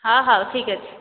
ହଁ ହଉ ଠିକ୍ ଅଛି